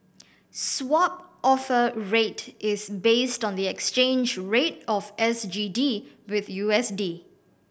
Swap Offer Rate is based on the exchange rate of S G D with U S D